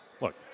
Look